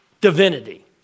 divinity